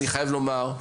אני חייב לומר: